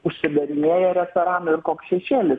užsidarinėja restoranų ir koks šešėlis